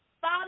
Fall